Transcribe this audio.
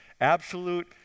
absolute